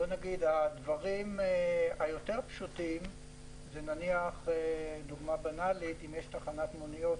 הדברים היותר פשוטים זה נניח בתחנות מוניות,